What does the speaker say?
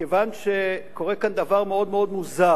כיוון שקורה כאן דבר מאוד מוזר: